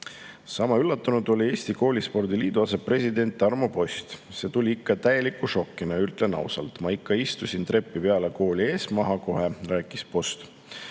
Sama üllatunud oli Eesti Koolispordi Liidu asepresident Tarmo Post. "See tuli ikka täieliku šokina, ütlen ausalt. Ma ikka istusin trepi peale kooli ees maha kohe," rääkis Post.